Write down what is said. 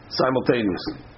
simultaneously